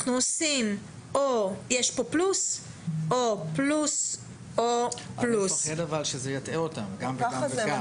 אנחנו עושים פלוס או פלוס -- אני מפחד שזה יטעה אותם גם וגם וגם.